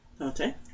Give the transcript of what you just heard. Okay